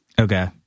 Okay